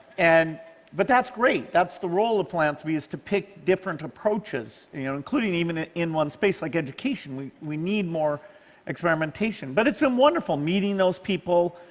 and but that's great. that's the role of philanthropy is to pick different approaches, including even in in one space, like education. we we need more experimentation. but it's been wonderful, meeting those people,